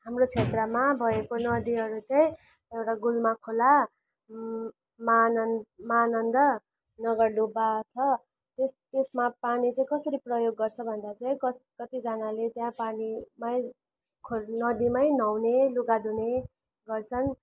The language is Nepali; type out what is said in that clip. हाम्रो क्षेत्रमा भएको नदीहरू चाहिँ एउटा गुल्मा खोला महानन् महानन्द नगरडुब्बा छ त्यस त्यसमा पानी चाहिँ कसरी प्रयोग गर्छ भन्दा चाहिँ कस कतिजनाले त्यहाँ पानी मै खो नदीमै नुहाउने लुगा धुने गर्छन्